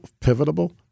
pivotal